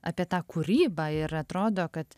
apie tą kūrybą ir atrodo kad